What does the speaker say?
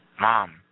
Mom